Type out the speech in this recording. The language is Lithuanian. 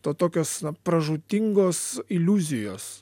to tokios pražūtingos iliuzijos